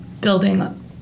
building